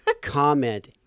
comment